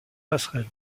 passerelle